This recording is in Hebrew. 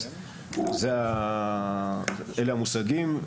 אלה המושגים.